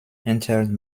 entered